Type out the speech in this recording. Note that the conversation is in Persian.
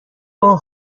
اوه